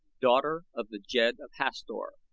daughter of the jed of hastor.